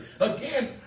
Again